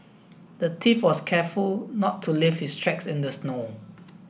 the thief was careful not to leave his tracks in the snow